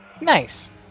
Nice